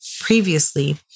previously